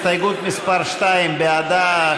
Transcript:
הסתייגות מס' 2: בעדה,